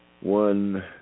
One